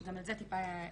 שגם על זה טיפה דיברת,